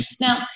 Now